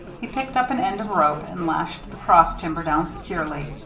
he picked up an end of rope and lashed the cross timber down securely.